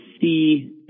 see